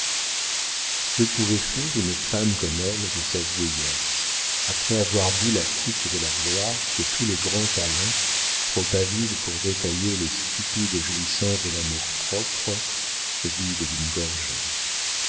que pouvait faire une femme comme elle de sa vieillesse après avoir bu la coupe de la gloire que tous les grands talents trop avides pour détailler les stupides jouissances de l'amour-propre vident d'une gorgée